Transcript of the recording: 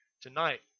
tonight